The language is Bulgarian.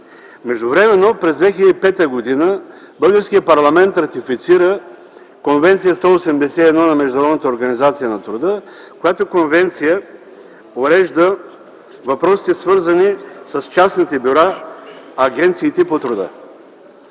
Междувременно през 2005 г. българският парламент ратифицира Конвенция № 181 на Международната организация на труда, която урежда въпросите, свързани с частните бюра – агенциите по труда.